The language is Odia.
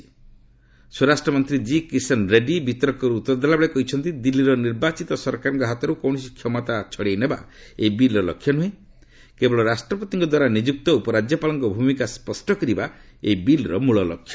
ସ୍ୱରାଷ୍ଟ୍ର ରାଷ୍ଟ୍ରମନ୍ତ୍ରୀ ଜି କିଷନ ରେଡ୍ଭି ବିତର୍କରେ ଉତ୍ତର ଦେଲାବେଳେ କହିଛନ୍ତି ଦିଲ୍ଲୀର ନିର୍ବାଚିତ ସରକାରଙ୍କ ହାତରୁ କୌଣସି କ୍ଷମତା ଛଡାଇନେବା ଏହି ବିଲ୍ର ଲକ୍ଷ୍ୟ ନୁହେଁ କେବଳ ରାଷ୍ଟ୍ରପତିଙ୍କ ଦ୍ୱାରା ନିଯୁକ୍ତ ଉପରାଜ୍ୟପାଳଙ୍କ ଭୂମିକା ସ୍ୱଷ୍ଟ କରିବା ଏହି ବିଲ୍ର ମୂଳଲକ୍ଷ୍ୟ